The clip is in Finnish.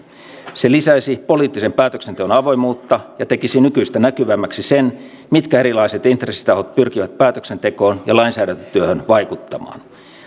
se lisäisi poliittisen päätöksenteon avoimuutta ja tekisi nykyistä näkyvämmäksi sen mitkä erilaiset intressitahot pyrkivät päätöksentekoon ja lainsäädäntötyöhön vaikuttamaan